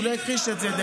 והוא לא הכחיש את זה,